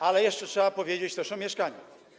Ale jeszcze trzeba powiedzieć też o mieszkaniu.